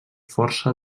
força